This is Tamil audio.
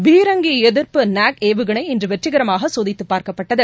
பீரங்கி எதிர்ப்பு நாக் ஏவுகணை இன்று வெற்றிகரமாக சோதித்துப் பார்க்கப்பட்டது